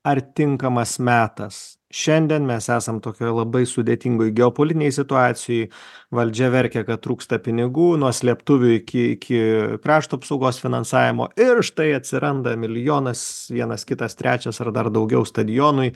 ar tinkamas metas šiandien mes esam tokioj labai sudėtingoj geopolitinėj situacijoj valdžia verkia kad trūksta pinigų nuo slėptuvių iki iki krašto apsaugos finansavimo ir štai atsiranda milijonas vienas kitas trečias ar dar daugiau stadionui